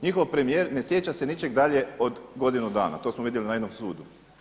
Njihov premijer ne sjeća se ničeg dalje od godinu dana to smo vidjeli na jednom sudu.